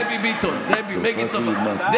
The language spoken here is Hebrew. דבי צרפתי, לא?